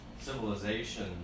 civilization